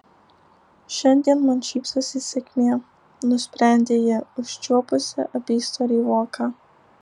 šiandien man šypsosi sėkmė nusprendė ji užčiuopusi apystorį voką